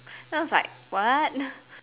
then I was like what